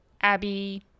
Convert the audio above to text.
Abby